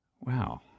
Wow